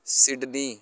Sydney